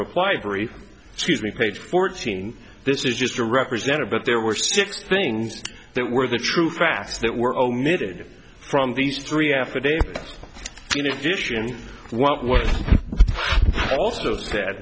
reply brief excuse me page fourteen this is just a represented but there were six things that were the true facts that were omitted from these three affidavit in addition what